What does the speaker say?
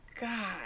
God